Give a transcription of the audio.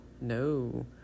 no